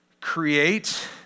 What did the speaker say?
create